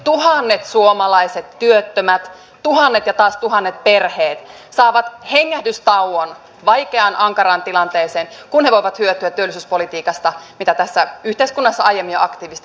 tuhannet suomalaiset työttömät tuhannet ja taas tuhannet perheet saavat hengähdystauon vaikeaan ankaraan tilanteeseen kun he voivat hyötyä työllisyyspolitiikasta mitä tässä yhteiskunnassa aiemmin on aktiivisesti harjoitettu